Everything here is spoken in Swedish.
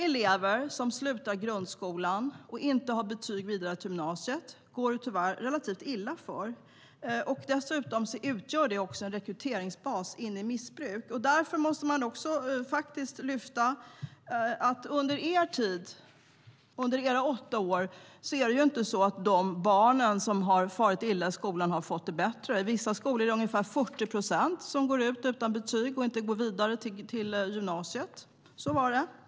Elever som slutar grundskolan och inte har betyg för att gå vidare till gymnasiet går det tyvärr relativt illa för. Det utgör dessutom även en rekryteringsbas in i missbruk. Därför måste jag också lyfta fram att under era åtta år har de barn som farit illa i skolan inte fått det bättre. I vissa skolor är det ungefär 40 procent som går ut utan betyg och som inte går vidare till gymnasiet. Så är det.